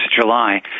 July